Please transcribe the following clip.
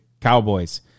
Cowboys